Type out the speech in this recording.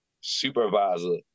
supervisor